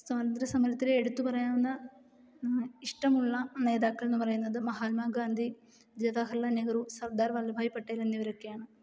സ്വാതന്ത്ര്യ സമരത്തിൽ എടുത്തു പറയാവുന്ന ഇഷ്ടമുള്ള നേതാക്കൾ എന്ന് പറയുന്നത് മഹാത്മാ ഗാന്ധി ജവഹർലാൽ നെഹ്റു സർദാർ വല്ലഭായ് പട്ടേൽ എന്നിവരൊക്കെയാണ്